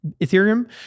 Ethereum